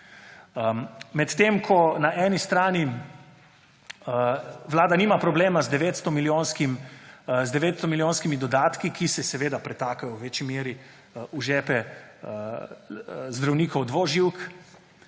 Medtem ko na eni strani vlada nima problema z 900-milijonskimi dodatki, ki se seveda pretakajo v večji meri v žepe zdravnikov dvoživk,